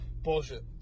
Bullshit